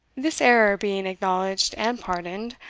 this error being acknowledged and pardoned,